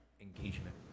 engagement